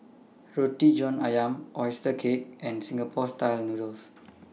Roti John Ayam Oyster Cake and Singapore Style Noodles